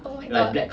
oh my god